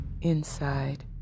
Inside